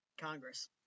Congress